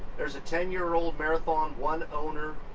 there's a ten year old marathon, one owner,